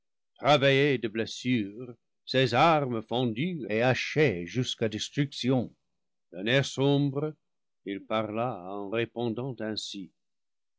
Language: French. de blessures ses armes fendues et hachées jusqu'à destruction d'un air sombre il parla en répondant ainsi